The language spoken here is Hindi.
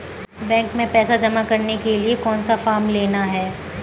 बैंक में पैसा जमा करने के लिए कौन सा फॉर्म लेना है?